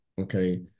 Okay